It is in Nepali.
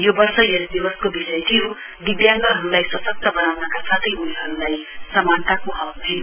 यो वर्ष यस दिवसको विषय थियो दिव्याङ्गहरूलाई सशक्त बनाउनका साथै उनीहरूलाई समानताको हक दिन्